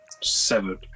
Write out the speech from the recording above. severed